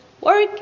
work